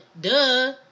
Duh